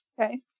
okay